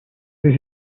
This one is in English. this